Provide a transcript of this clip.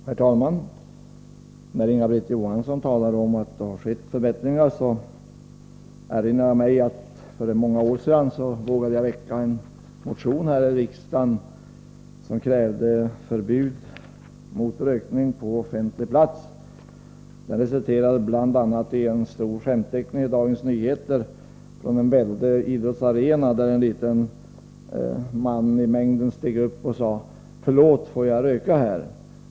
Herr talman! När Inga-Britt Johansson talar om att det skett förbättringar erinrar jag mig att jag för många år sedan vågade väcka en motion här i riksdagen med krav på förbud mot rökning på offentlig plats. Det resulterade — Nr 131 bl.a. i en stor skämtteckning i Dagens Nyheter, som visade en väldig idrottsarena där en liten man i mängden steg upp och sade: Förlåt, får jag 26 april 1984 röka här?